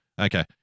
Okay